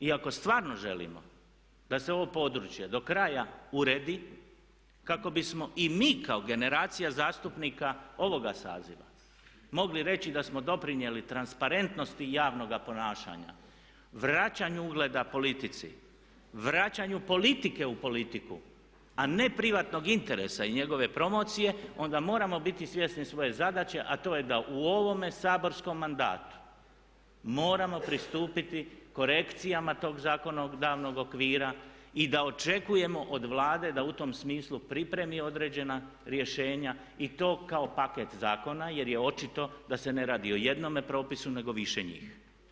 I ako stvarno želimo da se ovo područje do kraja uredi kako bismo i mi kao generacija zastupnika ovoga saziva mogli reći da smo doprinijeli transparentnosti javnoga ponašanja, vraćanju ugleda politici, vraćanju politike u politiku, a ne privatnog interesa i njegove promocije, onda moramo biti svjesni svoje zadaće, a to je da u ovome saborskom mandatu moramo pristupiti korekcijama tog zakonodavnog okvira i da očekujemo od Vlade da u tom smislu pripremi određena rješenja i to kao paket zakona jer je očito da se ne radi o jednome propisu, nego više njih.